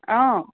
অ'